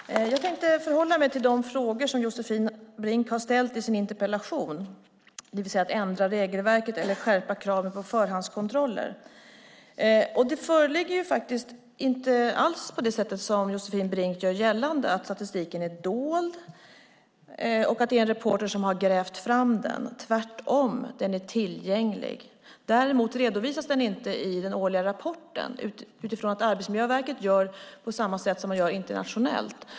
Herr talman! Jag tänkte förhålla mig till de frågor som Josefin Brink har ställt i sin interpellation, som gäller att ändra regelverket eller skärpa kraven på förhandskontroller. Det ligger inte alls till på det sätt som Josefin Brink gör gällande, att statistiken är dold och att en reporter har grävt fram den. Den är tvärtom tillgänglig. Däremot redovisas den inte i den årliga rapporten, utifrån att Arbetsmiljöverket gör på samma sätt som man gör internationellt.